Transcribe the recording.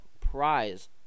Prize